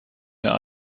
mehr